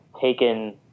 taken